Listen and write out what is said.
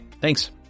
Thanks